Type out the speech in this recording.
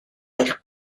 eich